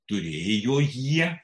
turėjo jie